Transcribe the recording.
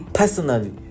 personally